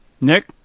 nick